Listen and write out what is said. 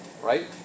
right